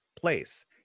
place